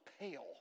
pale